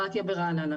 ברעננה.